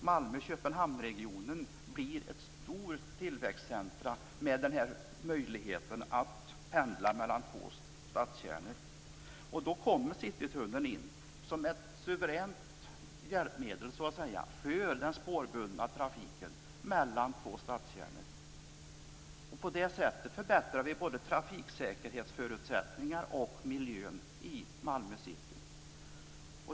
Malmö Köpenhamnregionen blir ett stort centrum för tillväxt genom möjligheten att pendla mellan två stadskärnor. Där kommer Citytunneln in som ett suveränt hjälpmedel för den spårbundna trafiken mellan två stadskärnor. På det sättet förbättrar vi både trafiksäkerhetsförutsättningarna och miljön i Malmö city.